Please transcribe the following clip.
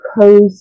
cozy